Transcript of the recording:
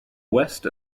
west